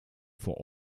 vor